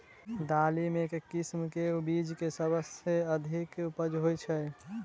दालि मे केँ किसिम केँ बीज केँ सबसँ अधिक उपज होए छै?